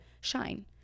shine